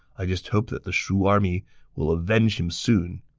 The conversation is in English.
i just hope the the shu army will avenge him soon.